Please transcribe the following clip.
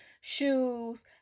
shoes